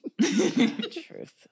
Truth